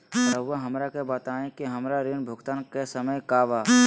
रहुआ हमरा के बताइं कि हमरा ऋण भुगतान के समय का बा?